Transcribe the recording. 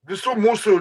visų mūsų